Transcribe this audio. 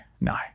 no